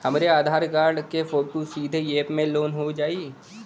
हमरे आधार कार्ड क फोटो सीधे यैप में लोनहो जाई?